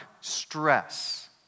stress